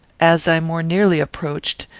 as i more nearly approached,